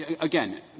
again